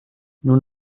nous